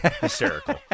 Hysterical